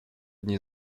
одни